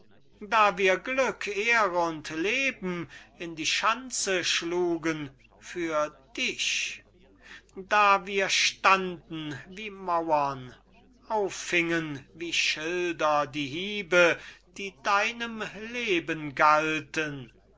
da wir glück ehre und leben in die schanze schlugen für dich da wir dir standen wie mauren auffiengen wie schilder die hiebe die deinem leben galten